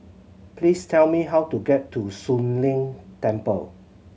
please tell me how to get to Soon Leng Temple